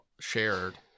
shared